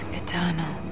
eternal